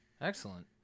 Excellent